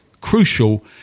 crucial